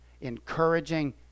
encouraging